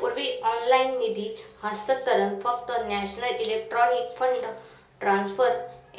पूर्वी ऑनलाइन निधी हस्तांतरण फक्त नॅशनल इलेक्ट्रॉनिक फंड ट्रान्सफर